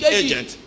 agent